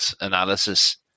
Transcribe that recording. analysis